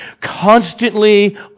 constantly